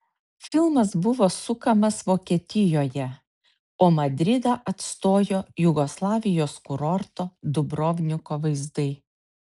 filmas buvo sukamas vokietijoje o madridą atstojo jugoslavijos kurorto dubrovniko vaizdai